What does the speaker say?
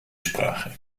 sprache